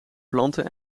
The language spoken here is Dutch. planten